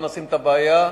בוא נשים את הבעיה,